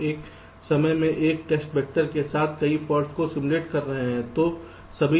हम एक समय में एक टेस्ट वेक्टर के साथ कई फॉल्ट्स को सिम्युलेट कर रहे थे